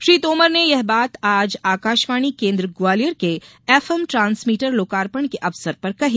श्री तोमर ने यह बात आज आकाशवाणी केन्द्र ग्वालियर के एफ एम ट्रांसमीटर लोकार्पण के अवसर पर कही